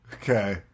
Okay